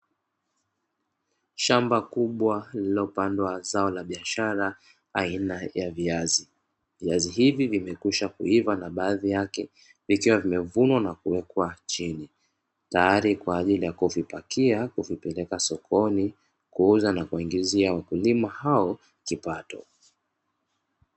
Shamba kubwa lililopandwa zao la biashara aina ya viazi, viazi hivi vimekwisha kuiva na baadhi yake nikiwa vimevunwa na kuwekwa chini. Tayari kwa ajili ya kofi pakia kuvipeleka sokoni kuuza na kuingizia wakulima hao kipato.